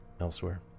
elsewhere